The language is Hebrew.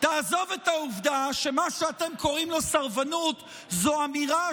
תעזוב את העובדה שמה שאתם קוראים לו סרבנות הוא אמירה